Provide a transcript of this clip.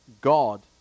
God